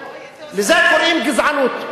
לזה קוראים גזענות.